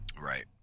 right